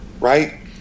Right